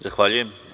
Zahvaljujem.